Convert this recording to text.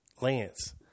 Lance